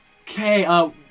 Okay